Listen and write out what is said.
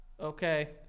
Okay